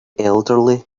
elderly